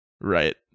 right